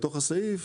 בתוך הסעיף,